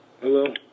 Hello